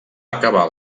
acabar